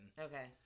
Okay